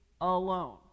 alone